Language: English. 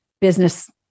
business